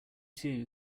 too